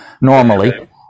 normally